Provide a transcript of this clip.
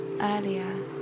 earlier